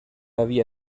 havia